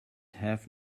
have